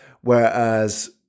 whereas